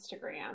Instagram